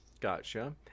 Gotcha